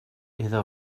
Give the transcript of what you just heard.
iddo